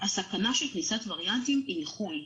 הסכנה של כניסת וריאנטים היא מחו"ל.